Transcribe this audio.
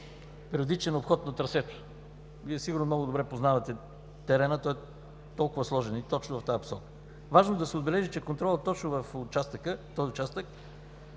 периодичен обход на трасето. Вие сигурно много добре познавате терена, той е толкова сложен точно в тази посока. Важно е да се отбележи, че контролът точно в този участък,